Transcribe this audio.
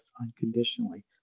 unconditionally